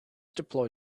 deploy